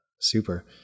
Super